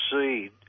seed